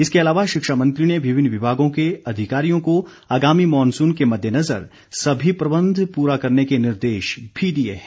इसके अलावा शिक्षामंत्री ने विभिन्न विभागों के अधिकारियों को आगामी मॉनसुन के मद्देनजर सभी प्रबंध पूरा करने के निर्देश भी दिए हैं